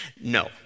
No